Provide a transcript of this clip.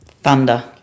Thunder